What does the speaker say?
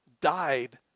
died